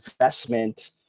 investment